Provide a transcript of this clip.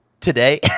today